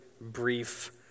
brief